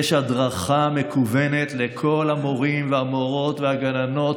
יש הדרכה מקוונות לכל המורים והמורות והגננות